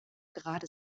gerade